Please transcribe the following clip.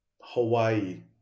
Hawaii